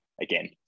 again